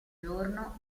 giorno